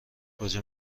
کجا